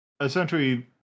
essentially